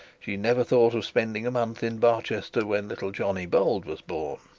she never thought of spending a month in barchester when little johnny bold was born!